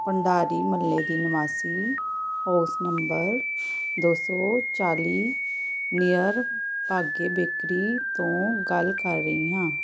ਭੰਡਾਰੀ ਮੁਹੱਲੇ ਦੀ ਨਿਵਾਸੀ ਹਾਉਸ ਨੰਬਰ ਦੋ ਸੌ ਚਾਲੀ ਨੀਅਰ ਭਾਗੇ ਬੇਕਰੀ ਤੋਂ ਗੱਲ ਕਰ ਰਹੀ ਹਾਂ